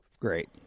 great